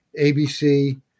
ABC